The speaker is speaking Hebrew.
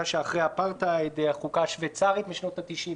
החוקה השוויצרית משנות ה-90.